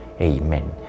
Amen